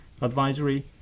Advisory